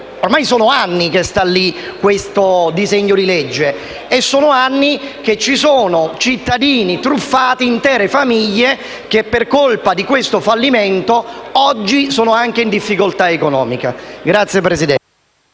ormai sono anni che sta lì questo disegno di legge e sono anni che cittadini truffati, intere famiglie, per colpa di questo fallimento oggi sono anche in difficoltà economica.